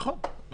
נכון.